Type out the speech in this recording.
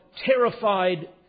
terrified